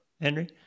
Henry